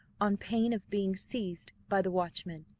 on pain of being seized by the watchmen.